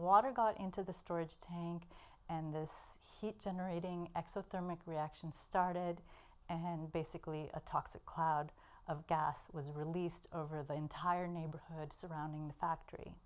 water got into the storage tank and this heat generating exothermic reaction started and basically a toxic cloud of gas was released over the entire neighborhood surrounding the factory